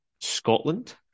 Scotland